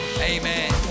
Amen